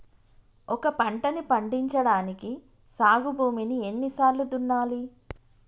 ఒక పంటని పండించడానికి సాగు భూమిని ఎన్ని సార్లు దున్నాలి?